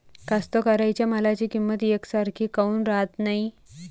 कास्तकाराइच्या मालाची किंमत यकसारखी काऊन राहत नाई?